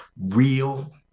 real